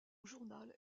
journal